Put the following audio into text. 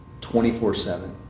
24-7